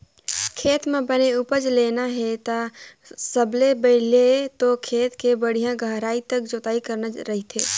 खेत म बने उपज लेना हे ता सबले पहिले तो खेत के बड़िहा गहराई तक जोतई करना रहिथे